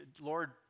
Lord